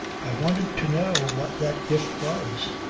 i wanted to know what that if was.